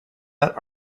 that